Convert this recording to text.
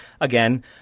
Again